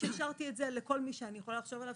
שרשרתי את זה לכל מי שאני יכולה לחשוב עליו